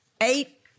eight